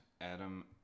Adam